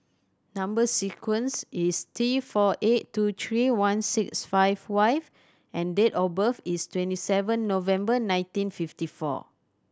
number sequence is T four eight two three one six five Y and date of birth is twenty seven November nineteen fifty four